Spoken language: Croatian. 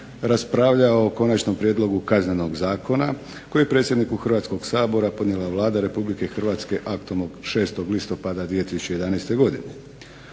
raspravljao o Konačnom prijedlogu Kaznenog zakona koji je predsjedniku Hrvatskog sabora podnijela Vlada Republike Hrvatske aktom od 6. Listopada 2011. godine.